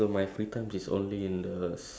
then go home sleep